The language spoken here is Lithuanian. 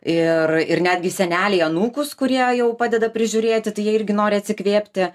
ir ir netgi seneliai anūkus kurie jau padeda prižiūrėti tai jie irgi nori atsikvėpti